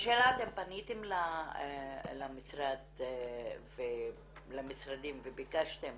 אתם פניתם למשרדים וביקשתם